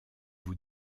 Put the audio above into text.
vous